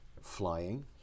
flying